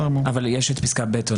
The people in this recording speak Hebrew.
ברור לי שאנחנו רוצים לומר "בתוך שבוע".